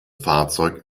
fahrzeug